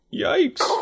Yikes